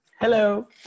Hello